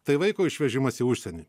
tai vaiko išvežimas į užsienį